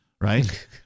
right